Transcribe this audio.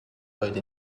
heute